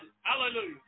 Hallelujah